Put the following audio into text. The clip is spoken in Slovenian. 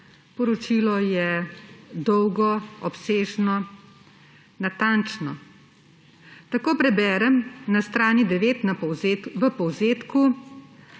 Poročilo je dolgo, obsežno, natančno. Tako preberem na strani 9 v povzetku,